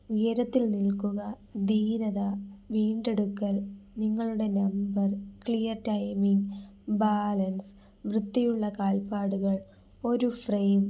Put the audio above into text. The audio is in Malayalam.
ഉയരത്തിൽ നിൽക്കുക ധീരത വീണ്ടെടുക്കൽ നിങ്ങളുടെ നമ്പർ ക്ലിയർ ടൈമിങ്ങ് ബാലൻസ് വൃത്തിയുള്ള കാൽപ്പാടുകൾ ഒരു ഫ്രെയിം